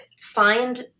find